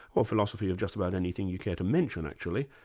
or philosophy of just about anything you care to mention actually.